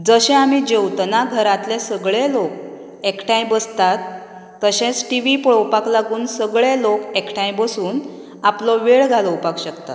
जशें आमी जेवतना घरांतले सगळे लोक एकठांय बसतात तशेंच टिवी पळोवपाक लागून सगळे लोक एकठांय बसून आपलो वेळ घालोवपाक शकतात